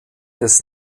des